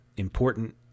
important